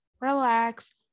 relax